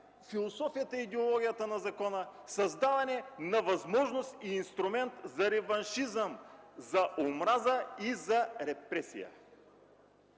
философията и идеологията на закона – създаване на възможност и инструмент за реваншизъм, за омраза и за репресия.